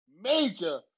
major